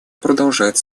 продолжает